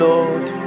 Lord